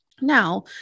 Now